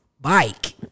bike